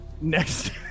next